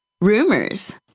Rumors